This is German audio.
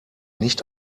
nicht